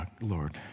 Lord